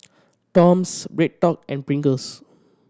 Toms BreadTalk and Pringles